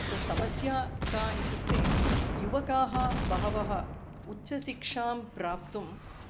अत्र समस्या का इत्युक्ते युवकाः बहवः उच्छशिक्षां प्राप्तुम्